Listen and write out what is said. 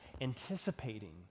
anticipating